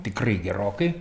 tikrai gerokai